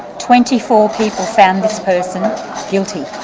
twenty-four people found this person guilty.